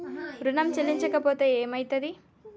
ఋణం చెల్లించకపోతే ఏమయితది?